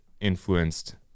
influenced